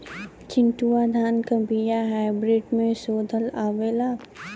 चिन्टूवा धान क बिया हाइब्रिड में शोधल आवेला?